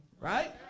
Right